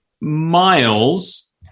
Miles